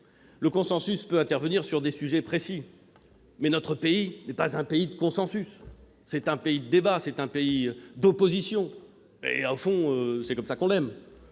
généraux, il peut intervenir sur des sujets précis, mais notre pays n'est pas un pays de consensus : c'est un pays de débats, c'est un pays d'oppositions. Au fond, c'est ainsi qu'on l'aime